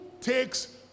takes